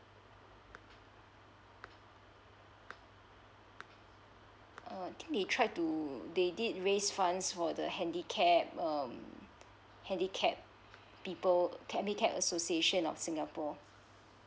mm I think they tried to they did raise funds for the handicap um handicap people handicap association of singapore